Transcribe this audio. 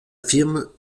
firme